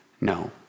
no